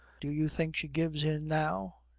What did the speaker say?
do you think she gives in now?